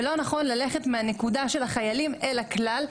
ולא נכון ללכת מהנקודה של החיילים אל הכלל.